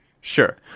Sure